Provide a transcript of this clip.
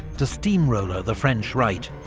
to steamroller the french right,